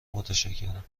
متشکرم